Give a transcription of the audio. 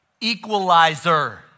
equalizer